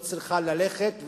היא צריכה ללכת.